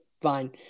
fine